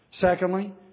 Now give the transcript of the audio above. Secondly